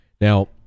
now